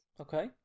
Okay